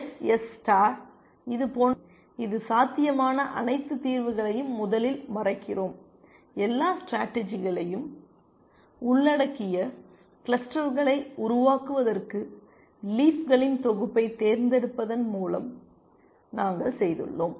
SSS star இதே போன்ற ஒன்றை நாங்கள் செய்ய விரும்புகிறோம் இது சாத்தியமான அனைத்து தீர்வுகளையும் முதலில் மறைக்கிறோம் எல்லா ஸ்டேடர்ஜிகளையும் உள்ளடக்கிய கிளஸ்டர்களை உருவாக்குவதற்கு லீஃப்களின் தொகுப்பைத் தேர்ந்தெடுப்பதன் மூலம் நாங்கள் செய்துள்ளோம்